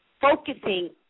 focusing